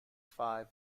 five